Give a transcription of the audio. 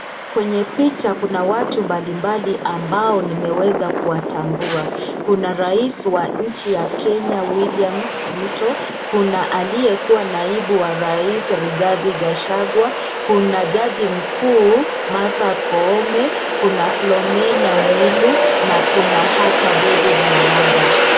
Kwenye picha kuna watu mbalimbali ambao nimeweza kuwatambua. Kuna rais wa nchi ya Kenya Wiliam Ruto, kuna aliyekuwa naibu wa rais Rigathi Gachagua, kuna jaji mkuu Martha Koome, kuna Philomena Mwilu na kuna ata David Maraga.